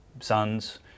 sons